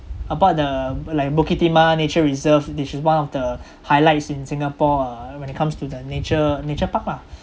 about the like bukit timah nature reserve which is one of the highlights in singapore uh when it comes to the nature nature park lah